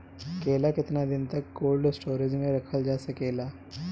केला केतना दिन तक कोल्ड स्टोरेज में रखल जा सकेला?